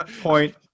point